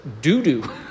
doo-doo